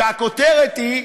והכותרת היא: